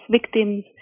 victims